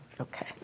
Okay